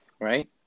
right